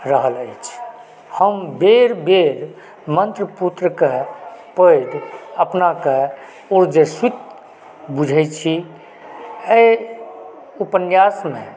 रहल अछि हम बेर बेर मन्त्रपुत्रके पढ़ि अपनाके ओजस्वित बुझै छी एहि उपन्यासमे